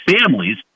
families